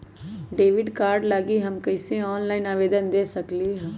Debit card लागी हम कईसे ऑनलाइन आवेदन दे सकलि ह?